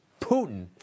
Putin